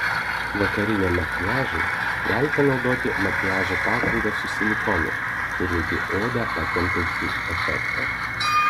vakariniam makiažui galite naudoti makiažo pagrindą su silikonu turintį odą patempiantį efektą